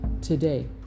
today